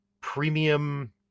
premium